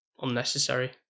unnecessary